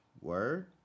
word